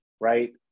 Right